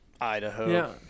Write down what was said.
idaho